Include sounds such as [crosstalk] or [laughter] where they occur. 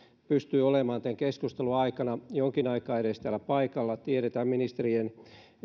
pystyi olemaan tämän keskustelun aikana [unintelligible] [unintelligible] edes jonkin aikaa täällä paikalla tiedetään ministerien